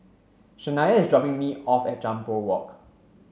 Shania is dropping me off at Jambol Walk